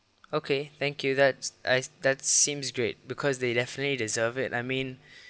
okay thank you that's as that seems great because they definitely deserve it I mean